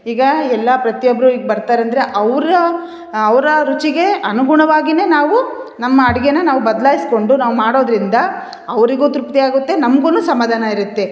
ಈಗ ಎಲ್ಲ ಪ್ರತಿಯೊಬ್ಬರು ಈಗ ಬರ್ತಾರಂದರೆ ಅವರ ಅವರ ರುಚಿಗೆ ಅನುಗುಣವಾಗಿ ನಾವು ನಮ್ಮ ಅಡಿಗೆನ ನಾವು ಬದ್ಲಾಯಿಸ್ಕೊಂಡು ನಾವು ಮಾಡೋದರಿಂದ ಅವರಿಗು ತೃಪ್ತಿ ಆಗುತ್ತೆ ನಮ್ಗು ಸಮಾಧಾನ ಇರುತ್ತೆ